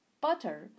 butter